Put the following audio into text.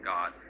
God